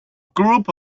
group